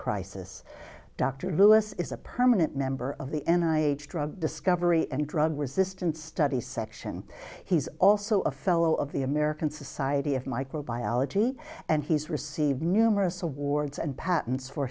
crisis dr lewis is a permanent member of the end i drug discovery and drug resistant study section he's also a fellow of the american society of microbiology and he's received numerous awards and patents for